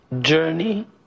journey